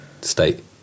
state